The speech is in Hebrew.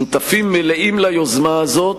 שותפים מלאים ליוזמה הזאת,